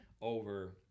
over